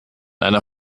einer